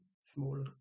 small